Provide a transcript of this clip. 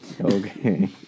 Okay